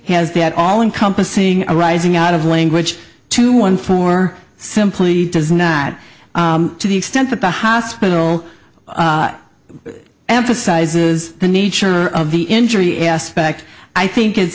has that all encompassing arising out of language to one form or simply does not to the extent that the hospital emphasizes the nature of the injury aspect i think it's